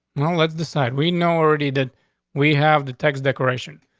let's decide. we know already that we have the text decoration,